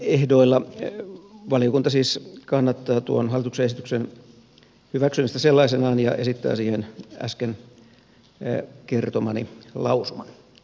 näillä reunaehdoilla valiokunta siis kannattaa hallituksen esityksen hyväksymistä sellaisenaan ja esittää siihen äsken kertomani lausuman